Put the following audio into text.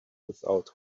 without